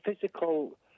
physical